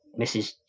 Mrs